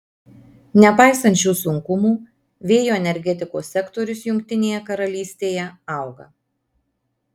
nepaisant šių sunkumų vėjo energetikos sektorius jungtinėje karalystėje auga